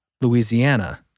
Louisiana